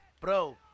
Bro